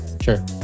Sure